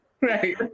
right